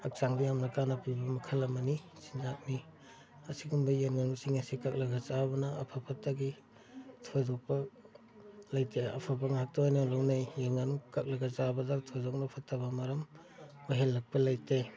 ꯍꯛꯆꯥꯡꯗ ꯌꯥꯝꯅ ꯀꯥꯟꯅꯕ ꯄꯤꯕ ꯃꯈꯜ ꯑꯃꯅꯤ ꯁꯤꯅ ꯃꯤ ꯑꯁꯤꯒꯨꯝꯕ ꯌꯦꯟ ꯉꯥꯅꯨꯁꯤꯡ ꯑꯁꯤ ꯀꯛꯂꯒ ꯆꯥꯕꯅ ꯑꯐ ꯐꯠꯇꯒꯤ ꯊꯣꯏꯗꯣꯛꯄ ꯂꯩꯇꯦ ꯑꯐꯕ ꯉꯥꯛꯇ ꯑꯣꯏꯅ ꯂꯧꯅꯩ ꯌꯦꯟ ꯉꯥꯅꯨ ꯀꯛꯂꯒ ꯆꯥꯕꯗ ꯊꯣꯏꯗꯣꯛꯅ ꯐꯠꯇꯕ ꯃꯔꯝ ꯑꯣꯏꯍꯜꯂꯛꯄ ꯂꯩꯇꯦ